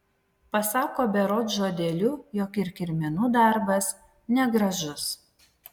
pasako berods žodeliu jog ir kirminų darbas negražus